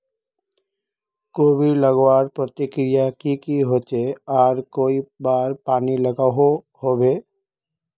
कोबी लगवार प्रक्रिया की की होचे आर कई बार पानी लागोहो होबे?